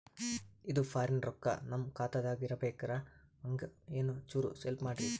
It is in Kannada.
ಇದು ಫಾರಿನ ರೊಕ್ಕ ನಮ್ಮ ಖಾತಾ ದಾಗ ಬರಬೆಕ್ರ, ಹೆಂಗ ಏನು ಚುರು ಹೆಲ್ಪ ಮಾಡ್ರಿ ಪ್ಲಿಸ?